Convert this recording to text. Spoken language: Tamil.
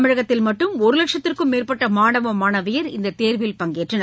தமிழகத்தில் மட்டும் ஒரு லட்சத்திற்கும் மேற்பட்ட மாணவ மாணவியர் இந்த தேர்வில் பங்கேற்றனர்